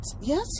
Yes